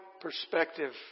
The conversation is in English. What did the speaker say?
perspective